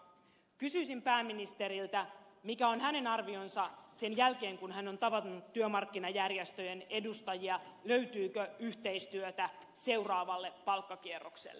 kysyisin pääministeriltä mikä on hänen arvionsa sen jälkeen kun hän on tavannut työmarkkinajärjestöjen edustajia löytyykö yhteistyötä seuraavalle palkkakierrokselle